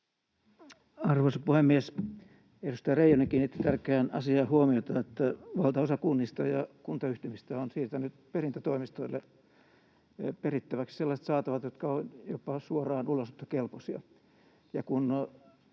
Arvoisa puhemies! Edustaja Reijonen kiinnitti tärkeään asiaan huomiota: valtaosa kunnista ja kuntayhtymistä on siirtänyt perintätoimistoille perittäväksi sellaiset saatavat, jotka ovat jopa suoraan ulosottokelpoisia.